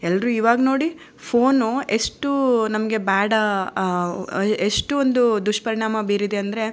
ಎಲ್ಲರೂ ಇವಾಗ ನೋಡಿ ಫೋನು ಎಷ್ಟು ನಮಗೆ ಬ್ಯಾಡ್ ಎಷ್ಟೊಂದು ದುಷ್ಪರಿಣಾಮ ಬೀರಿದಂದರೆ